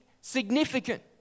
significant